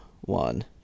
one